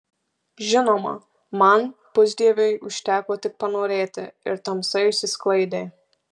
žinoma man pusdieviui užteko tik panorėti ir tamsa išsisklaidė